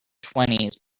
twenties